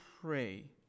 pray